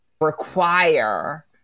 require